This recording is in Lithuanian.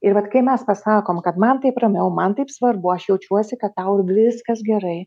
ir vat kai mes pasakom kad man taip ramiau man taip svarbu aš jaučiuosi kad tau viskas gerai